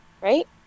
right